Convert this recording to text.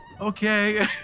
Okay